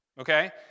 Okay